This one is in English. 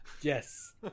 yes